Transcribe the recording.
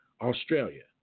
Australia